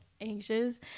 anxious